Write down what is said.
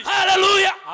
Hallelujah